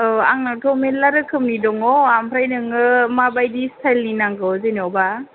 औ आंनावथ' मेरला रोखोमनि दङ ओमफ्राय नोङो माबायदि स्थाइलनि नांगौ जेन'बा